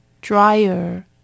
Dryer